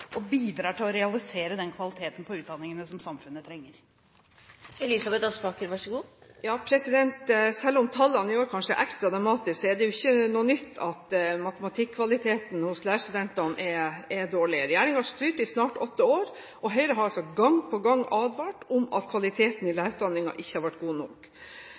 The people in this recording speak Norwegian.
og bidrar til å realisere den kvaliteten på utdanningene som samfunnet trenger. Selv om tallene kanskje gjør det ekstra dramatisk, så er det ikke noe nytt at matematikkvaliteten hos lærerstudentene er dårlig. Regjeringen har styrt i snart åtte år, og Høyre har gang på gang advart om at kvaliteten i lærerutdanningen ikke har vært god nok.